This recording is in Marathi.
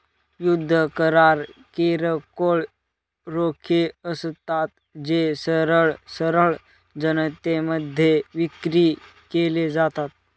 युद्ध करार किरकोळ रोखे असतात, जे सरळ सरळ जनतेमध्ये विक्री केले जातात